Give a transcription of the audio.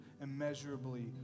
immeasurably